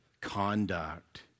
conduct